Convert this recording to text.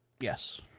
Yes